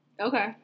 Okay